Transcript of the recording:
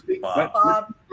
Bob